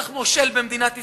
צריך מושל במדינת ישראל,